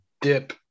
dip